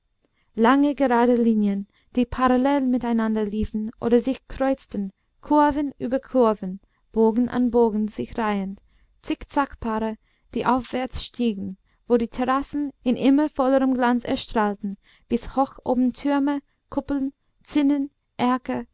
lange gerade linien die parallel miteinander liefen oder sich kreuzten kurven über kurven bogen an bogen sich reihend zickzackpaare die aufwärts stiegen wo die terrassen in immer vollerem glanz erstrahlten bis hoch oben türme kuppeln zinnen erker